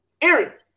Aaron